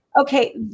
okay